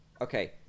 Okay